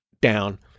down